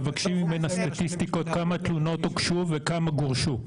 תבקשי ממנה סטטיסטיקות כמה תלונות הוגשו וכמה גורשו.